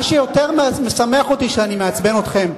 מה שיותר משמח אותי זה שאני מעצבן אתכם.